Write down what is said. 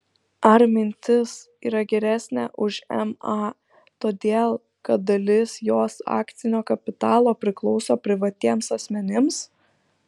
ar mintis yra geresnė už ma todėl kad dalis jos akcinio kapitalo priklauso privatiems asmenims